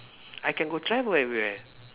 I can go travel everywhere